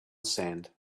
sand